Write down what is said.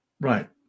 Right